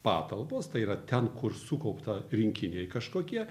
patalpos tai yra ten kur sukaupta rinkiniai kažkokie